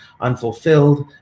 unfulfilled